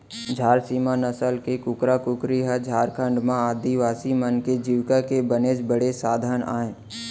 झार सीम नसल के कुकरा कुकरी ह झारखंड म आदिवासी मन के जीविका के बनेच बड़े साधन अय